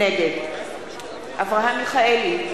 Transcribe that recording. נגד אברהם מיכאלי,